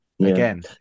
Again